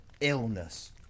illness